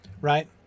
right